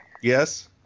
Yes